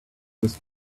his